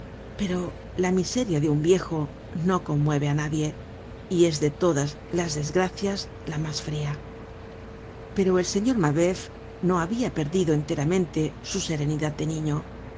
pero la miseria de un viejo no conmueve á nadie y es de todas las desgracias la mas fria pero el señor mabeuf no habia perdido enteramente su serenidad de niño